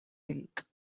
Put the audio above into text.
ink